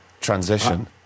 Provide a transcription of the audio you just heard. transition